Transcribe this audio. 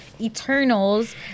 Eternals